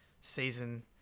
season